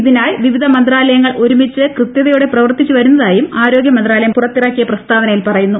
ഇതിനായി വിവിധ മന്ത്രാലയങ്ങൾ ഒരുമിച്ച് കൃത്യതയോടെ പ്രവർത്തിച്ചുവരുന്നതായും ആരോഗ്യ മന്ത്രാലയം പുറത്തിറക്കിയ പ്രസ്താവനയിൽ പറയുന്നു